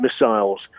missiles